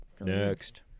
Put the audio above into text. Next